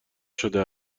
شده